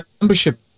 membership